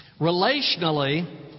Relationally